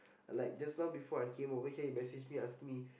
like just now before I came over here he message me and ask me